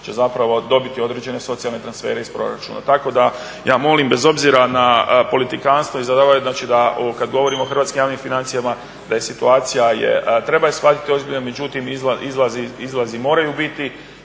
će zapravo dobiti određene socijalne transfere iz proračuna. Tako da ja molim, bez obzira na politikantstvo, da kad govorimo o hrvatskim javnim financijama da situaciju treba shvatiti ozbiljno međutim izlazi moraju biti.